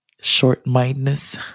short-mindedness